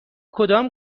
کدام